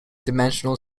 dimensional